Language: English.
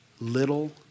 Little